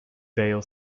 vale